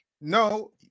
No